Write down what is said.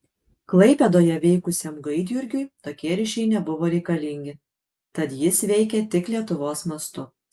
klaipėdoje veikusiam gaidjurgiui tokie ryšiai nebuvo reikalingi tad jis veikė tik lietuvos mastu